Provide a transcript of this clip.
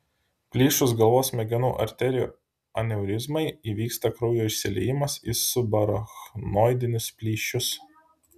plyšus galvos smegenų arterijų aneurizmai įvyksta kraujo išsiliejimas į subarachnoidinius plyšius